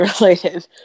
related